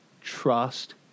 trust